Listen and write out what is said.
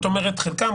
את אומרת חלקם,